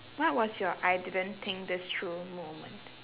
what's was your I didn't think this through moment